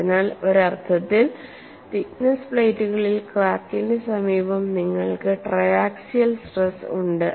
അതിനാൽ ഒരർത്ഥത്തിൽ തിക്നെസ്സ് പ്ലേറ്റുകളിൽ ക്രാക്കിന്റെ സമീപം നിങ്ങൾക്ക് ട്രയാക്സിയൽ സ്ട്രെസ് ഉണ്ട്